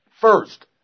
first